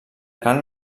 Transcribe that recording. carn